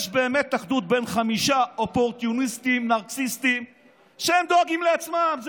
יש באמת אחדות בין חמישה אופורטוניסטים נרקיסיסטים שדואגים לעצמם.